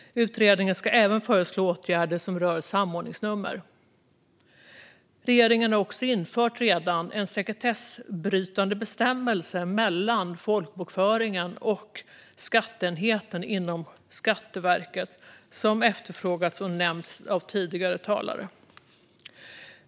Utredningen ska även föreslå åtgärder som rör samordningsnummer. Regeringen har redan infört en sekretessbrytande bestämmelse mellan folkbokföringen och skatteenheten inom Skatteverket, vilket efterfrågats och nämnts av tidigare talare.